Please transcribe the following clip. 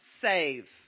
save